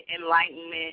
enlightenment